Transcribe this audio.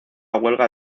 huelga